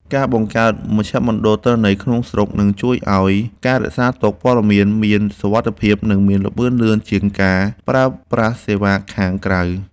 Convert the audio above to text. ការបង្កើតមជ្ឈមណ្ឌលទិន្នន័យក្នុងស្រុកនឹងជួយឱ្យការរក្សាទុកព័ត៌មានមានសុវត្ថិភាពនិងមានល្បឿនលឿនជាងការប្រើប្រាស់សេវាខាងក្រៅ។